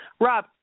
Rob